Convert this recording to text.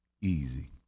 easy